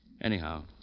Anyhow